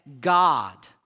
God